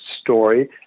story